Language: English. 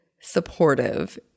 supportive